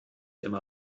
immer